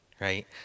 right